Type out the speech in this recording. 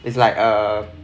it's like a